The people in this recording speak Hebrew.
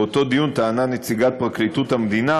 באותו דיון טענה נציגת פרקליטות המדינה